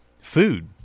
food